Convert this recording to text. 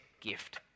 gift